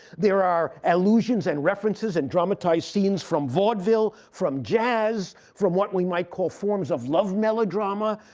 there are allusions and references and dramatized scenes from vaudeville, from jazz, from what we might call forms of love melodrama,